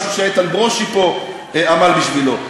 משהו שאיתן ברושי פה עמל בשבילו.